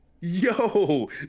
Yo